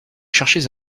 cherchez